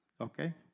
Okay